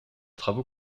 travaux